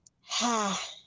Ha